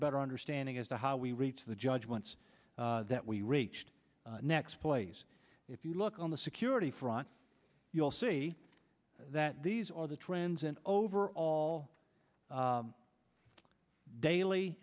a better understanding as to how we reached the judgments that we reached next plays if you look on the security front you'll see that these are the trends and over all the daily